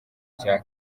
cya